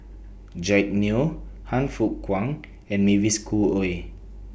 Jack Neo Han Fook Kwang and Mavis Khoo Oei